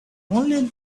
only